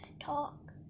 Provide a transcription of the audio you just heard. talk